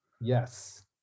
Yes